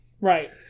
Right